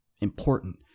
important